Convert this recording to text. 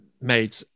made